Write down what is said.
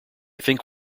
think